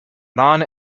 man